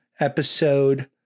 episode